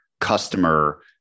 customer